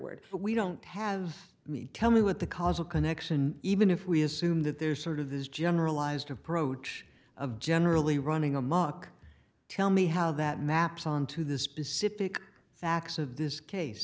but we don't have me tell me what the cause of connection even if we assume that there's sort of this jenner allies to approach of generally running amok tell me how that maps onto the specific facts of this case